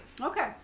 Okay